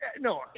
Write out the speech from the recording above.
No